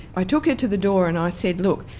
i took her to the door and i said, look,